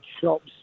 shops